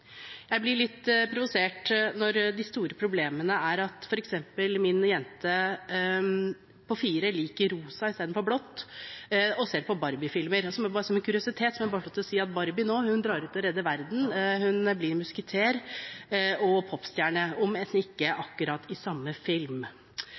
Jeg blir litt provosert når de store problemene er at f.eks. min jente på fire år liker rosa i stedet for blått og ser på Barbie-filmer. Og som en kuriositet må jeg få lov til å si at Barbie nå drar ut og redder verden, hun blir musketer og popstjerne, om enn ikke akkurat i samme film.